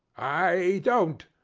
i don't,